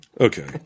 Okay